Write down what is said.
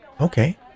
Okay